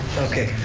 okay,